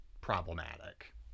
problematic